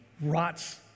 rots